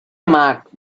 marked